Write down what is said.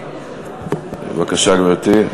בבקשה, גברתי.